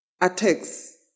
attacks